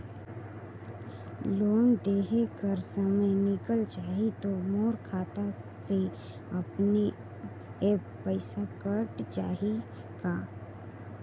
Loan देहे कर समय निकल जाही तो मोर खाता से अपने एप्प पइसा कट जाही का?